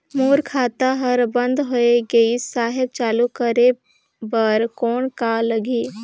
मोर खाता हर बंद होय गिस साहेब चालू करे बार कौन का लगही?